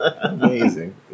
Amazing